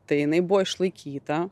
tai jinai buvo išlaikyta